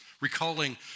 recalling